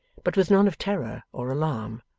but with none of terror or alarm.